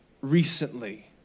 recently